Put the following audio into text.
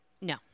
No